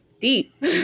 deep